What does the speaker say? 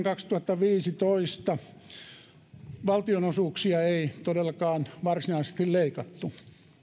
kaksituhattaviisitoista valtionosuuksia ei todellakaan varsinaisesti leikattu